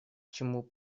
чему